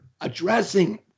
addressing